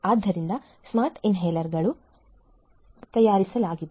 ಆದ್ದರಿಂದ ಸ್ಮಾರ್ಟ್ ಇನ್ಹೇಲರ್ಗಳನ್ನು ತಯಾರಿಸಲಾಗಿದೆ